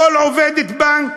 כל עובדת בנק,